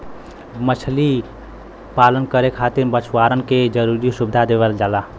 मछरी पालन करे खातिर मछुआरन के जरुरी सुविधा देवल जाला